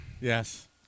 Yes